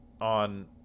on